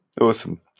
Awesome